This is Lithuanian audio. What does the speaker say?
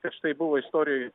prieš tai buvo istorijoj